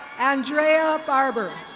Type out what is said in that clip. andrea barber.